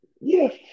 Yes